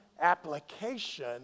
application